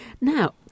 Now